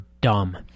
dumb